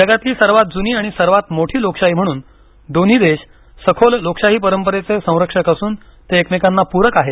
जगातील सर्वात जुनी आणि सर्वात मोठी लोकशाही म्हणून दोन्ही देश सखोल लोकशाही परंपरेचे संरक्षक असून ते एकमेकांना पूरक आहेत